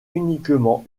uniquement